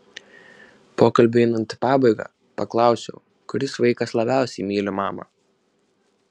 pokalbiui einant į pabaigą paklausiau kuris vaikas labiausiai myli mamą